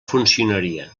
funcionaria